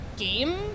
game